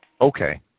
Okay